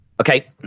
Okay